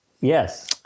Yes